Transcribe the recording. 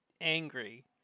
angry